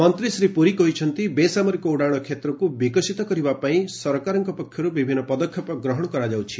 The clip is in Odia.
ମନ୍ତ୍ରୀ ଶ୍ରୀ ପୁରୀ କହିଛନ୍ତି ବେସାମରିକ ଉଡ଼ାଣ କ୍ଷେତ୍ରକୁ ବିକଶିତ କରିବା ପାଇଁ ସରକାରଙ୍କ ପକ୍ଷରୁ ବିଭିନ୍ନ ପଦକ୍ଷେପ ନିଆଯାଉଛି